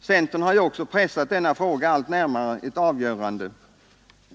Centern har ju också pressat denna fråga allt närmare ett avgörande.